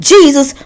Jesus